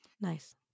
Nice